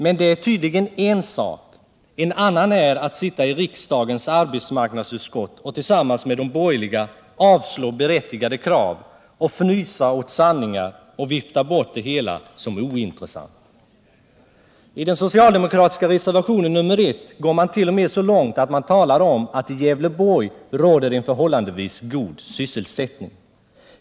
Men det är tydligen en sak, en annan är att sitta i riksdagens arbetsmarknadsutskott och tillsammans med de borgerliga avslå berättigade krav, fnysa åt sanningar och vifta bort det hela som ointressant. I den socialdemokratiska reservationen 1 går man t.o.m. så långt att man talar om att det i Gävleborgs län råder en förhållandevis god sysselsättning.